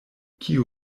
kiu